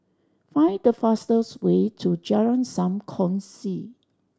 find the fastest way to Jalan Sam Kongsi